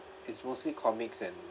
it's mostly comics and